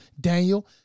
Daniel